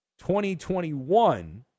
2021